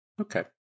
Okay